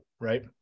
right